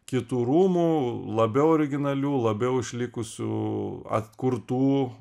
kitų rūmų labiau originalių labiau išlikusių atkurtų